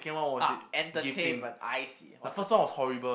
ah entertainment I see what's the